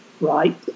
right